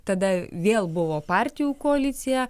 tada vėl buvo partijų koalicija